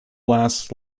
lasts